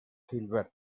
gilbert